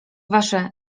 wasze